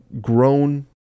Grown